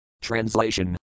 Translation